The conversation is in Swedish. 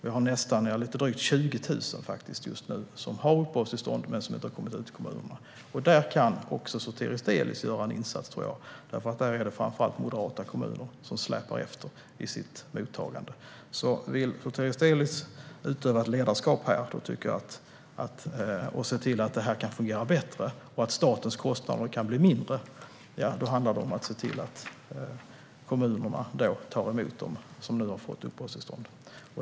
Just nu är det lite drygt 20 000 som har uppehållstillstånd men som inte har kommit ut i kommunerna. Där kan också Sotiris Delis göra en insats, eftersom det framför allt är moderata kommuner som släpar efter i sitt mottagande. Om Sotiris Delis vill utöva ett ledarskap i denna fråga - om han vill se till att detta fungerar bättre och att statens kostnader blir mindre - handlar det om att se till att kommunerna tar emot dem som nu har fått uppehållstillstånd.